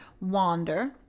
wander